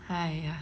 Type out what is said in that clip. !haiya!